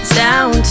down